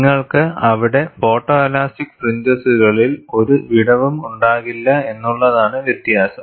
നിങ്ങൾക്ക് അവിടെ ഫോട്ടോലാസ്റ്റിക് ഫ്രിഞ്ചസുകളിൽ ഒരു വിടവും ഉണ്ടാകില്ല എന്നുള്ളതാണ് വ്യത്യാസം